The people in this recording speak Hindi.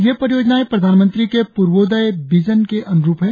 ये परियोजनाएं प्रधानमंत्री के पूर्वोदय विजन के अनुरूप हैं